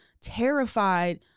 terrified